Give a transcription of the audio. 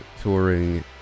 touring